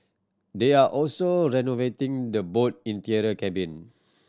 they are also renovating the boat interior cabin